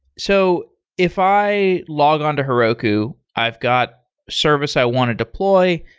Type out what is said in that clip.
so if i log on to heroku, i've got service i want to deploy.